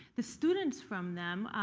the students from them,